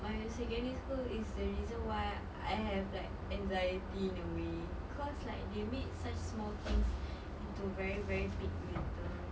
my secondary school is the reason why I have like anxiety in a way cause like they make such small things into very very big matter